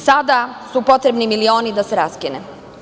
Sada su potrebni milioni da se raskine.